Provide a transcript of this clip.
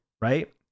right